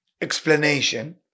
explanation